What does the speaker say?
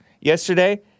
yesterday